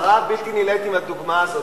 הדוגמה הזאת,